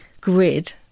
grid